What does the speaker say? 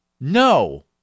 no